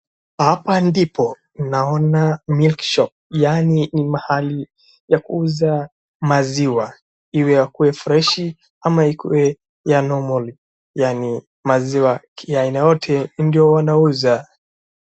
Hapa ndipo naona milk shop . Yaani ni mahali ya kuuza maziwa. Iwe yakuwe freshi ama ikuwe ya normal , yaani maziwa ya aina yoyote ndiyo wanauza.